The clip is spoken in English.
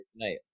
tonight